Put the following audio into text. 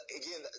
again